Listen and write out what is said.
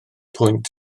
pwynt